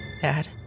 Dad